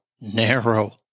narrow